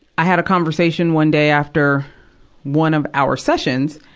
i had a conversation one day after one of our sessions,